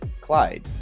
Clyde